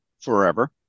forever